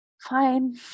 fine